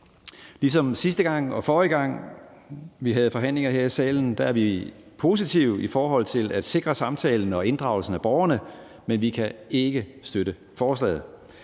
Ligesom sidste gang og forrige gang vi havde forhandlinger her i salen, er vi positive i forhold til at sikre samtalen med og inddragelsen af borgerne, men vi kan ikke støtte forslaget.